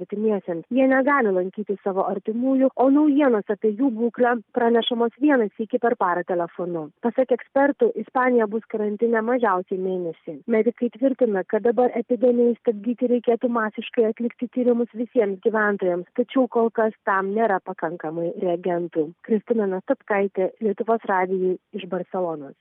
artimiesiems jie negali lankyti savo artimųjų o naujienos apie jų būklę pranešamos vieną sykį per parą telefonu pasak ekspertų ispanija bus karantine mažiausiai mėnesį medikai tvirtina kad dabar epidemijai stabdyti reikėtų masiškai atlikti tyrimus visiems gyventojams tačiau kol kas tam nėra pakankamai reagentų kristina nastopkaitė lietuvos radijui iš barselonos